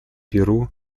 перу